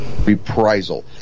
Reprisal